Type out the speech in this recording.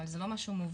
אבל זה לא משהו מובנה,